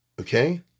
Okay